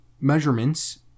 measurements